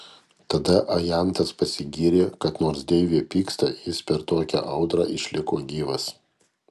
tada ajantas pasigyrė kad nors deivė pyksta jis per tokią audrą išliko gyvas